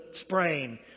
sprain